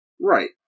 Right